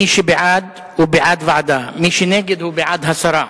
מי שבעד הוא בעד ועדה, מי שנגד הוא בעד הסרה.